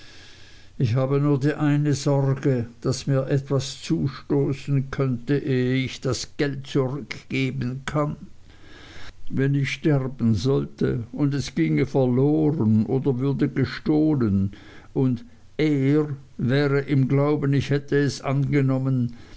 ich habe nur die eine sorge daß mir etwas zustoßen könnte ehe ich das geld zurückgeben kann wenn ich sterben sollte und es ginge verloren oder würde gestohlen und er wäre im glauben ich hätte es angenommen